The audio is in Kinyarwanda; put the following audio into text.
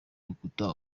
rukuta